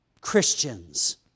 Christians